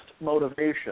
motivation